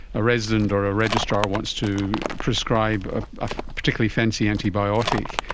a resident or a registrar wants to prescribe ah a particularly fancy antibiotic,